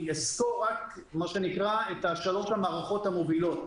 אני אסקור את שלוש המערכות המובילות.